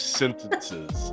sentences